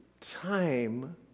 time